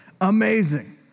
Amazing